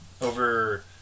over